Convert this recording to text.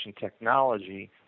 technology